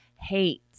hate